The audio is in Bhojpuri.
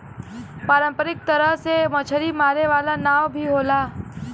पारंपरिक तरह से मछरी मारे वाला नाव भी होला